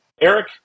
Eric